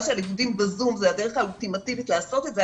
שהלימודים בזום זה הדרך האולטימטיבית לעשות את זה,